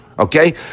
Okay